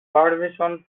permission